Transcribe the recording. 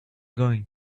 going